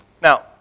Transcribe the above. Now